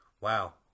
Wow